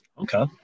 Okay